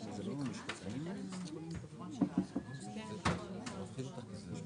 הסתייגות מספר 66 "89 אלף שקלים חדשים עד 176 אלף